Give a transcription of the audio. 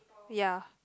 ya